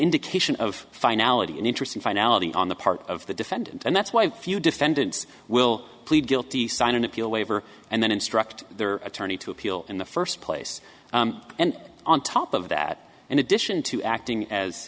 indication of finality and interest in finality on the part of the defendant and that's why few defendants will plead guilty sign an appeal waiver and then instruct their attorney to appeal in the first place and on top of that in addition to acting as